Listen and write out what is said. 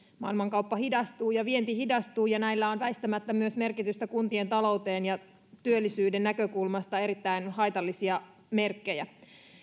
maailmankauppa hidastuu ja vienti hidastuu näillä on väistämättä myös merkitystä kuntien talouteen ja ne ovat työllisyyden näkökulmasta erittäin haitallisia merkkejä